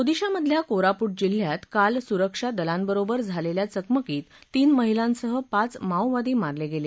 ओदिशामधल्या कोरापूट जिल्ह्यात काल सुरक्षा दलांबरोबर झालेल्या चकमकीत तीन महिलांसह पाच माओवादी मारले गेले